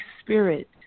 Spirit